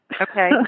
Okay